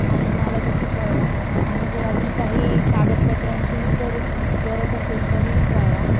आणि मला तसं कळवा आणि जर अजून काही कागदपत्रांचीही जर गरज असेल तरीही कळवा